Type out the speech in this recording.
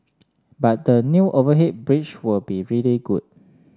but the new overhead bridge will be really good